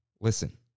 Listen